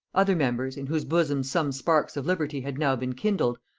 other members, in whose bosoms some sparks of liberty had now been kindled,